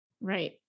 Right